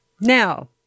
Now